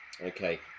Okay